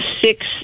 six